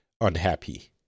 unhappy